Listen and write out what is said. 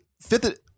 fifth